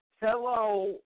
hello